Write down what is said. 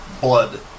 blood